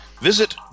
visit